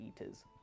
eaters